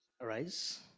arise